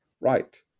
right